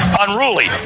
unruly